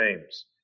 names